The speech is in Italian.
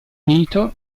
unito